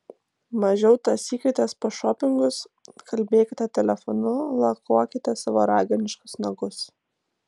mažiau tąsykitės po šopingus kalbėkite telefonu lakuokite savo raganiškus nagus